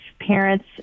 parents